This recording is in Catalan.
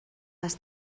les